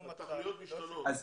התכליות משתנות.